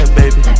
baby